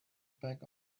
back